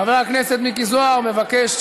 חבר הכנסת מיקי זוהר מבקש,